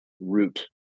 root